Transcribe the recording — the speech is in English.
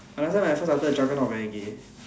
last time when I first started dragon lord very gay